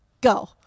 Go